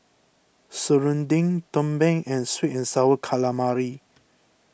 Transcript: Serunding Tumpeng and Sweet and Sour Calamari